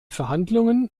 verhandlungen